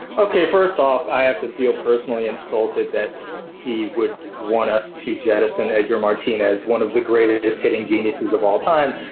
okay, first off, i have to feel personally insulted that he would want us to just eject, and edgar martinez, one of the greatest hitting geniuses of all time,